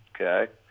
okay